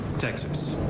texas.